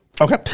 Okay